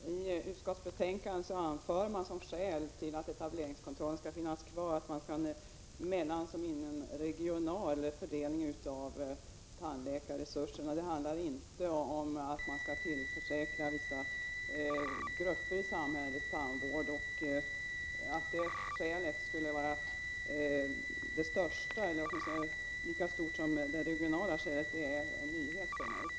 Herr talman! I utskottsbetänkandet anförs som skäl till att etableringskontrollen skall finnas kvar att man skall ha en mellanoch inomregional fördelning av tandläkarresurserna. Det handlar inte om att man skall tillförsäkra vissa grupper i samhället tandvård. Att det skälet skulle vara av lika stor betydelse som den regionala balansen är en nyhet för mig.